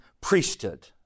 priesthood